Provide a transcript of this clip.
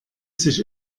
sich